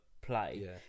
play